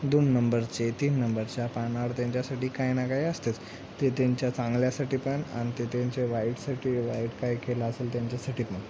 दोन नंबरचे तीन नंबरच्या पानवर त्यांच्यासाठी काही ना काही असतेच ते त्यांच्या चांगल्यासाठी पण आणि ते त्यांच्या वाईटसाठी वाईट काय केलं असेल त्यांच्यासाठी पण